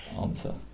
answer